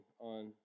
on